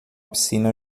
piscina